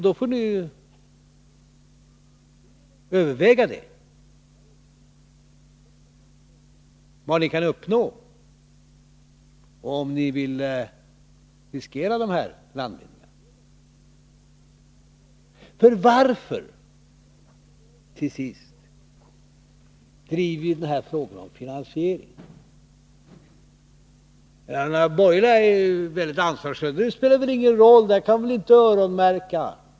Då får ni överväga vad ni kan uppnå och om ni vill riskera de här landvinningarna. Varför driver vi då den här frågan om finansieringen? De borgerliga säger väldigt litet ansvarsfullt att det spelar väl ingen roll, pengarna kan man inte öronmärka.